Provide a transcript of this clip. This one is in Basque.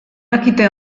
dakite